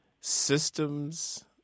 systems